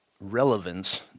relevance